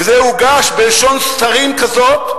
וזה הוגש בלשון סתרים כזאת,